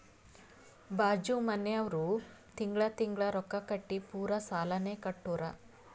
ಬಾಜು ಮನ್ಯಾವ್ರು ತಿಂಗಳಾ ತಿಂಗಳಾ ರೊಕ್ಕಾ ಕಟ್ಟಿ ಪೂರಾ ಸಾಲಾನೇ ಕಟ್ಟುರ್